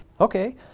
Okay